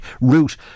route